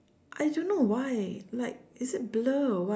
I don't know why like is it blur what